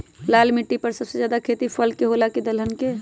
लाल मिट्टी पर सबसे ज्यादा खेती फल के होला की दलहन के?